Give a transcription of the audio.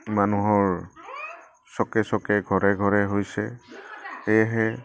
মানুহৰ চকে চকে ঘৰে ঘৰে হৈছে সেয়েহে